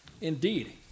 Indeed